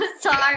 sorry